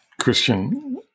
Christian